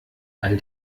all